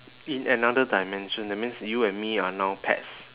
in another dimension that means you and me are now pets